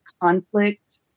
conflict